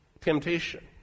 temptation